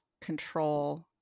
control